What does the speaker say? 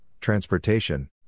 transportation